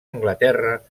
anglaterra